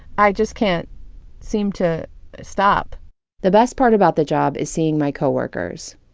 i just can't seem to stop the best part about the job is seeing my co-workers,